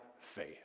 faith